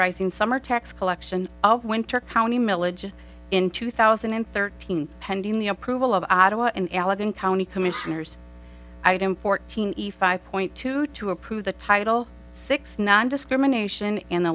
zing summer tax collection of winter county milledge in two thousand and thirteen pending the approval of ottawa in allegan county commissioners item fourteen five point two to approve the title six nondiscrimination in the